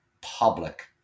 public